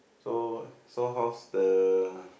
so so how's the